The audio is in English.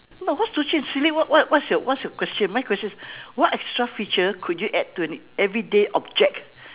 no what's too chim silly what what's your what's your question my question is what extra feature could you add to an everyday object